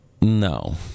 No